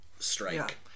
strike